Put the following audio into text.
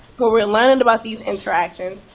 who we're learning and about these interactions,